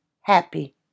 happy